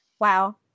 Wow